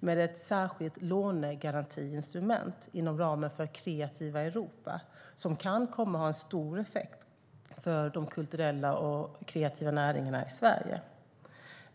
med ett särskilt lånegarantiinstrument inom ramen för Kreativa Europa som kan komma att ha en stor effekt för de kulturella och kreativa näringarna i Sverige.